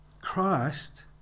Christ